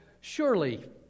Surely